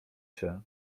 się